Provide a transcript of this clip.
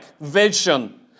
vision